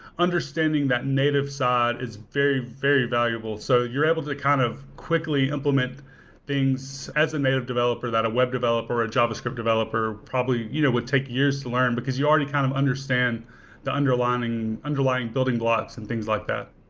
understanding that native side is very very valuable. so you're able to kind of quickly implement things as a native developer that a web developer or a javascript developer probably you know would take years to learn, because you already kind of understand understand the underlying underlying building blocks and things like that.